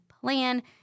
plan